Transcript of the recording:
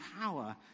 power